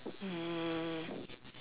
um